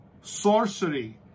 sorcery